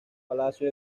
palacio